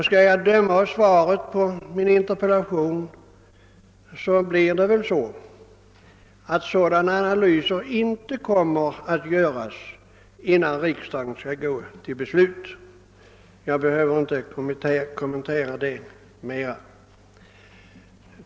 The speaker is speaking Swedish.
Skall jag döma av svaret på min interpellation kommer väl inte sådana analyser att göras innan riksdagen skail besluta — det behövs inga ytterligare kommentarer.